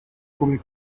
come